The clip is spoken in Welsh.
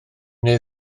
neu